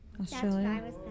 Australia